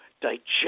digest